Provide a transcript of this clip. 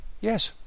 yes